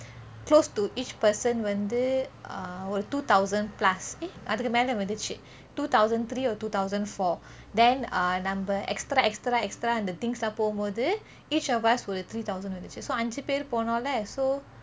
close to each person வந்து ஒரு:vanthu oru two thousand plus eh அதுக்கு மேலேயே வந்துச்சு:athukku meleyeh vanthuchu two thousand three or two thousand four then um நம்ம:namma extra extra extra அந்த:antha the things lah போமோது:pomothu each of us ஒரு:oru three thousand வந்துச்சு:vanthuchu so அஞ்சு பேர் போனொலே:anju per ponole so